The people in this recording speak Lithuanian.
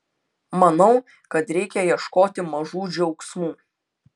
manau kad reikia ieškoti mažų džiaugsmų